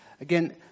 Again